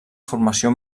formació